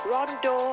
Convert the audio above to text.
Rondo